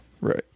Right